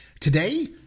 Today